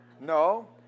No